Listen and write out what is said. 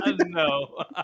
No